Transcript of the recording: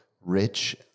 rich